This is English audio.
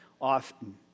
often